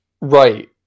right